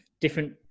different